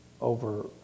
over